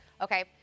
Okay